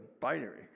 binary